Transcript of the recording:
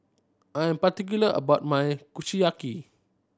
I am particular about my Kushiyaki